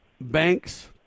banks